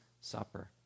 Supper